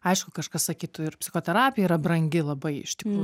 aišku kažkas sakytų ir psichoterapija yra brangi labai iš tikrųjų